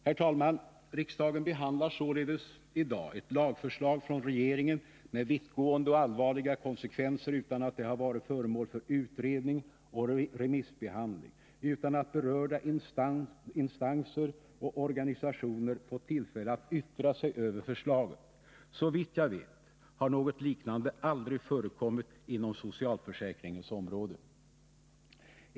Herr talman! Riksdagen behandlar således i dag ett lagförslag från regeringen med vittgående och allvarliga konsekvenser utan att det har varit föremål för utredning och remissbehandling, utan att berörda instanser och organisationer fått tillfälle att yttra sig över det. Såvitt jag vet har något liknande aldrig förekommit inom socialförsäkringens område.